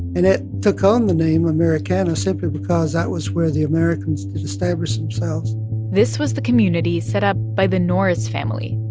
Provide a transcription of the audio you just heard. and it took on the name americana simply because that was where the americans established themselves this was the community set up by the norris family,